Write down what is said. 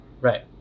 Right